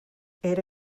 era